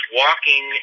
walking